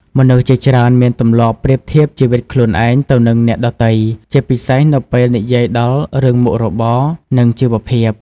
មនុស្សជាច្រើនមានទម្លាប់ប្រៀបធៀបជីវិតខ្លួនឯងទៅនឹងអ្នកដទៃ ជាពិសេសនៅពេលនិយាយដល់រឿងមុខរបរ និងជីវភាព។